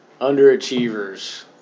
Underachievers